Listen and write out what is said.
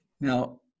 Now